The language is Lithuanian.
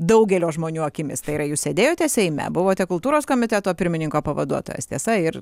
daugelio žmonių akimis tai yra jūs sėdėjote seime buvote kultūros komiteto pirmininko pavaduotojas tiesa ir